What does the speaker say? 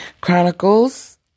Chronicles